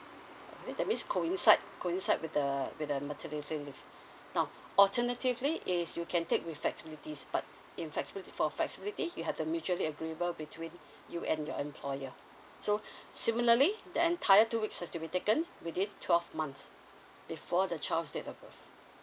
that means coincide coincide with the with the maternity leave now alternatively is you can take with flexibilities but in flexibili~ for a flexibility you have to mutually agreeable between you and your employer so similarly the entire two weeks has to be taken within twelve months before the child's date of birth